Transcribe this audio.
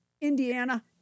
indiana